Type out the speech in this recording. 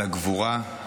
על הגבורה,